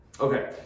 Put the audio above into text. Okay